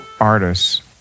artists